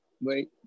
wait